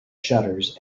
shutters